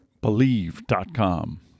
Believe.com